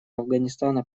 афганистана